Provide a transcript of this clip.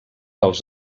als